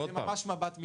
זה ממש מבט מלמעלה.